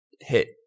hit